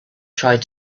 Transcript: tried